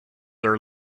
are